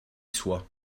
soit